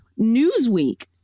Newsweek